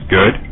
Good